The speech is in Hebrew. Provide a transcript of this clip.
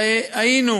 היינו,